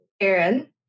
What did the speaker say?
Aaron